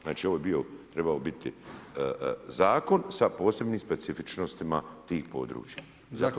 Znači ovo je trebao biti zakon sa posebnim specifičnostima tih područja.